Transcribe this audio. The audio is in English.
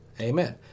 Amen